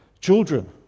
Children